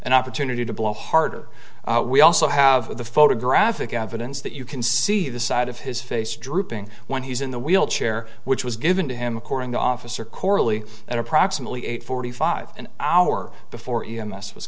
an opportunity to blow harder we also have the photographic evidence that you can see the side of his face drooping when he's in the wheelchair which was given to him according to officer coralie at approximately eight forty five an hour before e